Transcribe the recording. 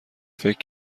فکر